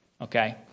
Okay